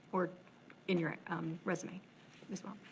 or in your resume as well?